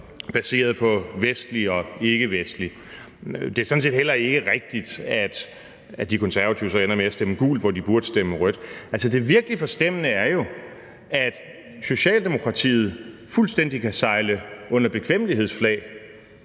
baseret på vestlige og ikkevestlige ansøgere. Det er sådan set heller ikke rigtigt, at De Konservative så ender med at stemme gult, hvor de burde stemme rødt. Altså, det virkelig forstemmende er jo, at Socialdemokratiet fuldstændig kan sejle under bekvemmelighedsflag;